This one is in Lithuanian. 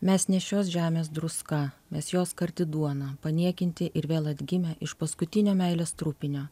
mes ne šios žemės druska mes jos karti duona paniekinti ir vėl atgimę iš paskutinio meilės trupinio